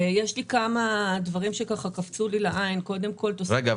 ויש לי כמה דברים שקפצו לי לעין --- רגע,